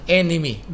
enemy